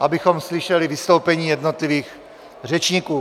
abychom slyšeli vystoupení jednotlivých řečníků.